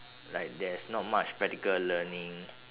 like there's not much practical learning